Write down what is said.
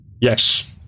Yes